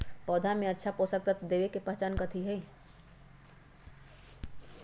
पौधा में अच्छा पोषक तत्व देवे के पहचान कथी हई?